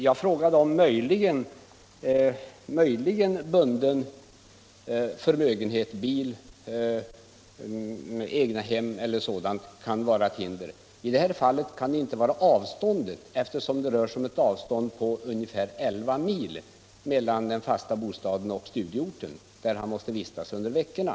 Jag frågade om möjligen bunden förmögenhet — bil, egethem eller sådant — kunde vara ett hinder. I det fall som jag har tagit upp kan orsaken till att extra studiemedel inte utgår inte vara att avståndet är för litet, eftersom det är 11 mil mellan den fasta bostaden och studieorten där den studerande måste vistas under veckorna.